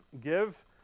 give